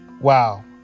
Wow